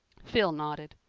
phil nodded.